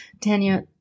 Tanya